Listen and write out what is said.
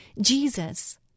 Jesus